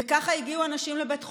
וככה הגיעו אנשים לבית חולים.